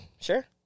sure